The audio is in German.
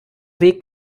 weg